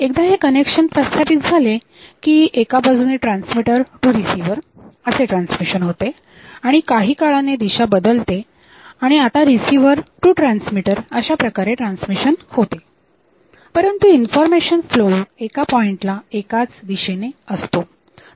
एकदा हे कनेक्शन प्रस्थापित झाले की एका बाजूने ट्रान्समीटर टू रिसीव्हर असे ट्रान्समिशन होते आणि काही काळाने दिशा बदलते आणि आता रिसिव्हर टू ट्रान्समीटर अशाप्रकारे ट्रान्समिशन होते परंतु इंफॉर्मेशन फ्लो एका पॉइंटला एकाच दिशेने असतो